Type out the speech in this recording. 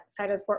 Cytosport